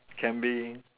can be